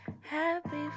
Happy